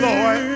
Lord